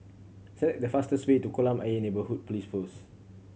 select the fastest way to Kolam Ayer Neighbourhood Police Post